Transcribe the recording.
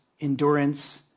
endurance